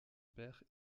père